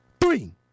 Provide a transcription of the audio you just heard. Three